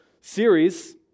series